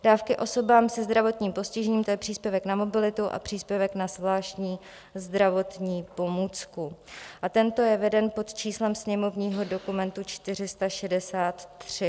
Dávky osobám se zdravotním postižením, to je příspěvek na mobilitu a příspěvek na zvláštní zdravotní pomůcku, a tento je veden pod číslem sněmovního dokumentu 463.